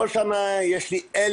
כל שנה יש לי 1,000